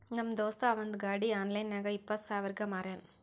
ನಮ್ ದೋಸ್ತ ಅವಂದ್ ಗಾಡಿ ಆನ್ಲೈನ್ ನಾಗ್ ಇಪ್ಪತ್ ಸಾವಿರಗ್ ಮಾರ್ಯಾನ್